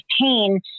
pain